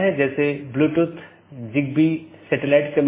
update message मूल रूप से BGP साथियों के बीच से रूटिंग जानकारी है